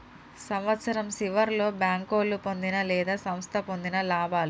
సంవత్సరం సివర్లో బేంకోలు పొందిన లేదా సంస్థ పొందిన లాభాలు